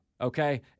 okay